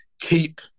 keep